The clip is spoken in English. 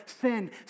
sin